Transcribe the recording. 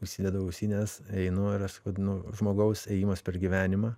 užsidedu ausines einu ir aš taip vadinu žmogaus ėjimas per gyvenimą